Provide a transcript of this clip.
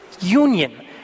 union